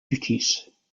duties